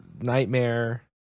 Nightmare